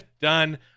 done